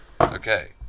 Okay